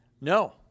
No